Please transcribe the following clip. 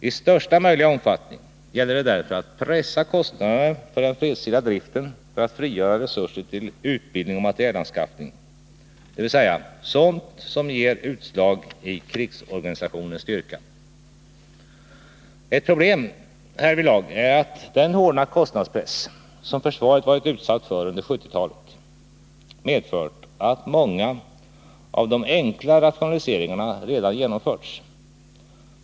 I största möjliga omfattning gäller det därför att pressa kostnaderna för den fredstida driften för att frigöra resurser till utbildning och materielanskaffning, dvs. sådant som ger utslag i krigsorganisationens styrka. Ett problem härvidlag är att den hårda kostnadspress som försvaret varit utsatt för under 1970-talet har medfört att många av de enkla rationaliseringarna redan genomförts.